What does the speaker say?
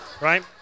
Right